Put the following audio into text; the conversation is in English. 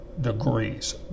degrees